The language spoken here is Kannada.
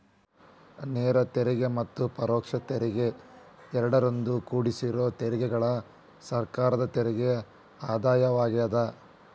ನೇರ ತೆರಿಗೆ ಮತ್ತ ಪರೋಕ್ಷ ತೆರಿಗೆ ಎರಡರಿಂದೂ ಕುಡ್ಸಿರೋ ತೆರಿಗೆಗಳ ಸರ್ಕಾರದ ತೆರಿಗೆ ಆದಾಯವಾಗ್ಯಾದ